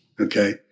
Okay